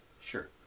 Sure